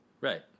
Right